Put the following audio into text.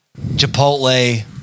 Chipotle